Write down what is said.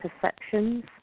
perceptions